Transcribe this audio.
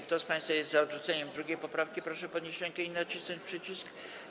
Kto z państwa jest za odrzuceniem 2. poprawki, proszę podnieść rękę i nacisnąć przycisk.